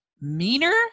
meaner